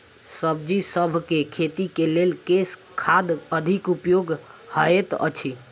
सब्जीसभ केँ खेती केँ लेल केँ खाद अधिक उपयोगी हएत अछि?